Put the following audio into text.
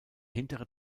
hintere